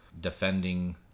defending